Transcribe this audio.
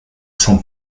san